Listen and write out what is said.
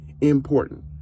important